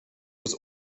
was